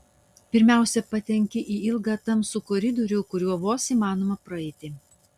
pirmiausia patenki į ilgą tamsų koridorių kuriuo vos įmanoma praeiti